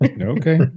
Okay